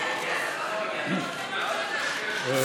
אדוני היושב-ראש,